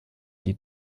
die